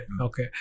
okay